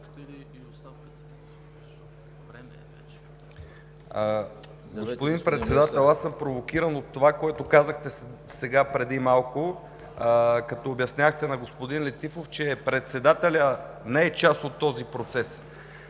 провокиран съм от това, което казахте сега, като обяснявахте на господин Летифов, че председателят не е част от този процес.